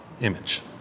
image